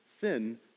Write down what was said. sin